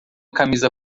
camisa